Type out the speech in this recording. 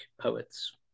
poets